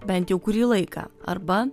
bent jau kurį laiką arba